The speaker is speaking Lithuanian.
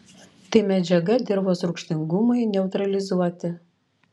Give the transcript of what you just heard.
tai medžiaga dirvos rūgštingumui neutralizuoti